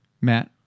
matt